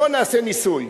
בוא נעשה ניסוי.